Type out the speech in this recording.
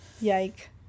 Yike